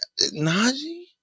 Najee